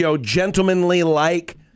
gentlemanly-like